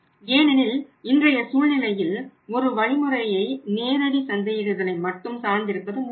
ஏனெனில் இன்றைய சூழ்நிலையில் ஒரு வழிமுறையை நேரடி சந்தையிடுதலை மட்டும் சார்ந்திருப்பது முடியாது